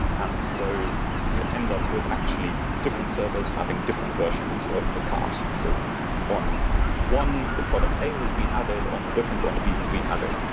and so you can end up with actually different servers having different versions of the cart so on one, the product a has been added, on a different one, the b has been added.